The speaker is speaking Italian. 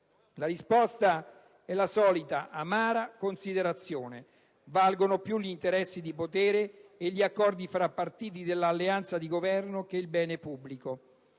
La risposta è la solita amara considerazione: valgono più gli interessi di potere e gli accordi fra partiti dell'alleanza di Governo che il bene pubblico.